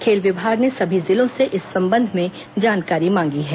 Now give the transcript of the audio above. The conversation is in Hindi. खेल विभाग ने सभी जिलों से इस संबंध में जानकारी मांगी है